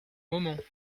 moment